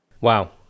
Wow